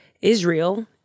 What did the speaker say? Israel